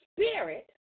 spirit